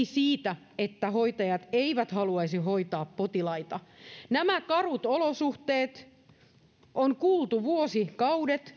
siitä että hoitajat eivät haluaisi hoitaa potilaita nämä karut olosuhteet on kuultu vuosikaudet